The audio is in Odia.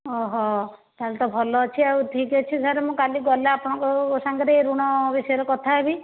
ଓହୋ ତାହେଲେ ତ ଭଲ ଅଛି ଆଉ ଠିକ୍ଅଛି ସାର୍ ମୁଁ କାଲି ଗଲେ ଆପଣଙ୍କୁ ସାଙ୍ଗରେ ଋଣ ବିଷୟରେ କଥା ହେବି